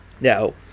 now